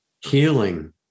healing